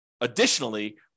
additionally